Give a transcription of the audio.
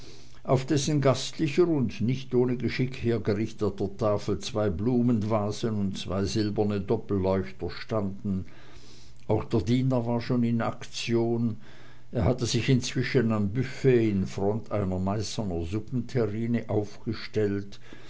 auf dessen gastlicher und nicht ohne geschick hergerichteter tafel zwei blumenvasen und zwei silberne doppelleuchter standen auch der diener war schon in aktion er hatte sich inzwischen am büfett in front einer meißner suppenterrine aufgestellt